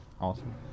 Awesome